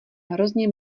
hrozně